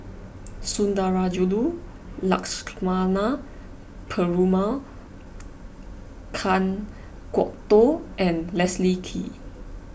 Sundarajulu Lakshmana Perumal Kan Kwok Toh and Leslie Kee